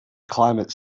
climate